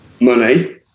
money –